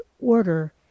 order